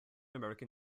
american